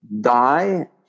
die